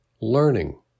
learning